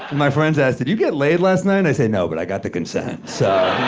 and my friends asked, did you get laid last night? and i say, no, but i got the consent, so,